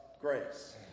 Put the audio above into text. grace